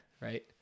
right